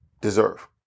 deserve